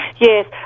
Yes